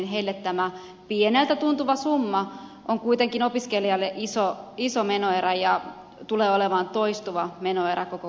heille opiskelijoille tämä pieneltä tuntuva summa on kuitenkin iso menoerä ja tulee olemaan toistuva menoerä koko opiskelujen ajan